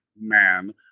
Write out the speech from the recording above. man